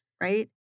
right